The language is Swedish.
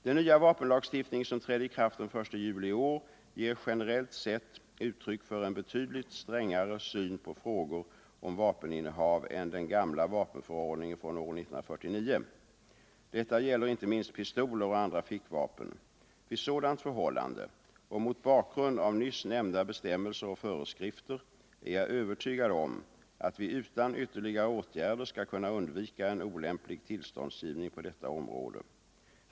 Den nya vapenlagstiftningen, som trädde i kraft den 1 juli i år, ger generellt sett uttryck för en betydligt strängare syn på frågor om vapeninnehav än den gamla vapenförordningen från år 1949. Detta gäller inte minst pistoler och andra fickvapen. Vid sådant förhållande och mot bakgrund av nyss nämnda bestämmelser och föreskrifter är jag övertygad om att vi utan ytterligare åtgärder skall kunna undvika en olämplig tillståndsgivning på detta område.